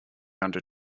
under